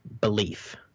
belief